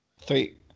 Three